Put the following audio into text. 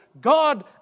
God